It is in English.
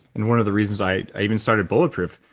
and one of the reasons i i even started bulletproof,